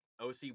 OC